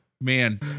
man